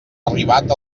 arribat